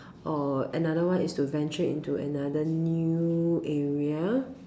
or another one is to venture into another new area